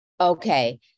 okay